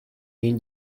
jen